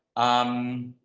um,